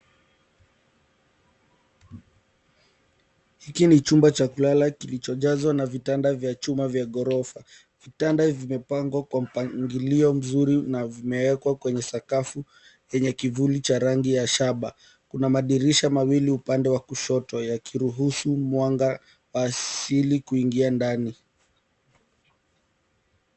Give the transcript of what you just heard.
Hiki ni chumba cha kulala kilichojazwa na vitanda vya chuma vya ghorofa. Vitanda vimepangwa kwa mpangilio mzuri na vimewekwa kwenye sakafu yenye kivuli cha rangi ya shaba. Kuna madirisha mawili upande wa kushoto yakiruhusu mwanga asili kuingia ndani.